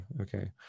okay